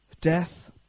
Death